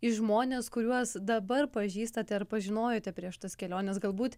į žmones kuriuos dabar pažįstate ar pažinojote prieš tas keliones galbūt